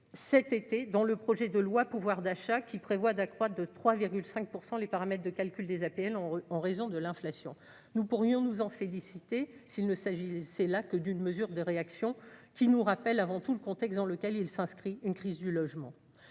cet été dans le projet de loi, pouvoir d'achat qui prévoit d'accroître de 3 5 % les paramètres de calcul des APL. En raison de l'inflation, nous pourrions nous en féliciter, s'il ne s'agit-il, c'est là que d'une mesure de réactions qui nous rappelle avant tout le contexte dans lequel il s'inscrit une crise du logement,